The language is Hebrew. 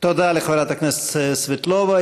תודה לחברת הכנסת סבטלובה.